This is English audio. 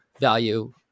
value